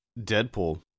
Deadpool